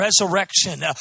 resurrection